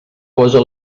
posa